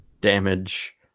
damage